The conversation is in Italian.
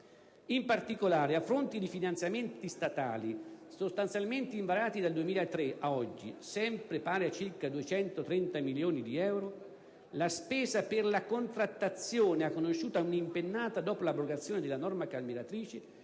In particolare, a fronte di finanziamenti statali, sostanzialmente invariati dal 2003 ad oggi (pari sempre a circa 230 milioni di euro), la spesa per la contrattazione ha conosciuto un'impennata dopo l'abrogazione della norma calmieratrice